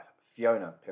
Fiona